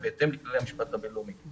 הם בהתאם לכללי המשפט הבין-לאומי.